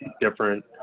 different